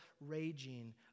raging